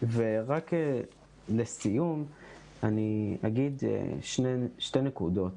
רק לסיכום אני אגיד שתי נקודות.